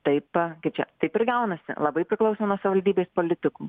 taip kaip čia taip ir gaunasi labai priklauso nuo savivaldybės politikų